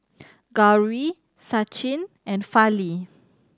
Gauri Sachin and Fali